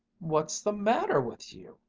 what's the matter with you?